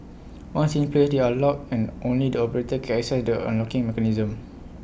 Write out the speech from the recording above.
once in place they are locked and only the operator can access the unlocking mechanism